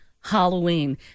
Halloween